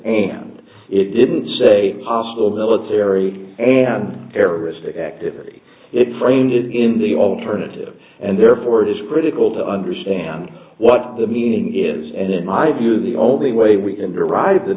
and it didn't say possible military and terrorist activity it frames it in the alternative and therefore it is critical to understand what the meaning is and in my view the only way we can derive the